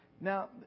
Now